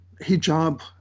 hijab